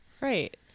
Right